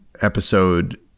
episode